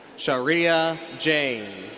shaurya jain.